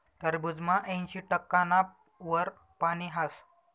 टरबूजमा ऐंशी टक्काना वर पानी हास